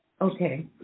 Okay